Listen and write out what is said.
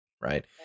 right